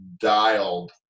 dialed